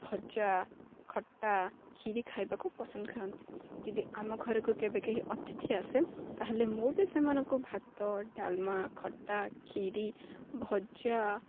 ଭଜା ଖଟା ଖିରି ଖାଇବାକୁ ପସନ୍ଦ କରନ୍ତି ଯଦି ଆମ ଘରକୁ କେବେ କେହି ଅତିଥି ଆସେ ତାହେଲେ ମୁଁ ବି ସେମାନଙ୍କୁ ଭାତ ଡାଲମା ଖଟା ଖିରି ଭଜା